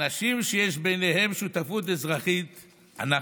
אנשים שיש ביניהם שותפות אזרחית אנחנו.